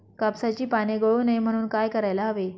कापसाची पाने गळू नये म्हणून काय करायला हवे?